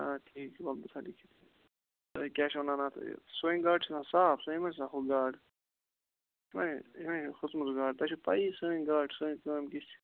ادٕ ٹھیٖک چھُ وَلہ بہٕ تھاو لیٚکھِتھ تہٕ کیاہ چھِ وَنان اتھ سٲنٛۍ گاڈ چھ آسان صاف سٲنٛۍ مہَ چھِ آسان ہۄ گاڈ یمے ہوٚژمٕژ گاڈ تۄہہِ چھو پَیی سٲنٛۍ گاڈ چھِ سٲنٛۍ کٲم کِژھ چھِ